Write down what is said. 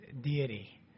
deity